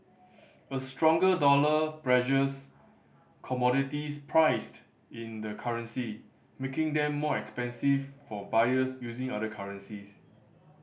a stronger dollar pressures commodities priced in the currency making them more expensive for buyers using other currencies